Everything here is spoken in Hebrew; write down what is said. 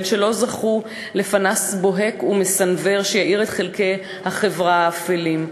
שלא זכו לפנס בוהק ומסנוור שיאיר את חלקי החברה האפלים.